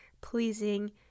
pleasing